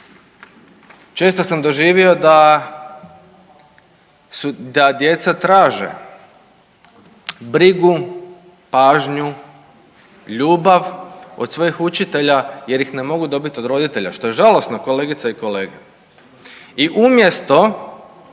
Često sam doživio da su, da djeca traže brigu, pažnju, ljubav od svojih učitelja jer ih ne mogu dobiti od roditelja što je žalosno kolegice i kolege. I umjesto